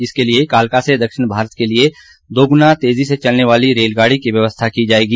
इसके लिए कालका से दक्षिण भारत के लिए दोगुना तेजी से चलने वाली रेल गाड़ी की व्यवस्था की जाएगी